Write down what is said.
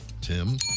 Tim